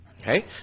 okay